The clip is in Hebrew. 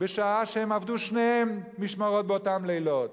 בשעה שהם עבדו שניהם משמרות באותם לילות.